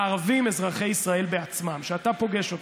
הערבים אזרחי ישראל בעצמם, כשאתה פוגש אותם,